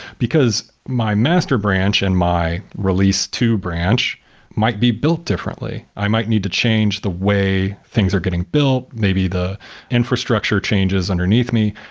because my master branch and my release two branch might be built differently. i might need to change the way things are getting built, maybe the infrastructure changes underneath me.